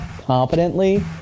competently